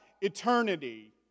eternity